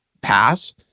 pass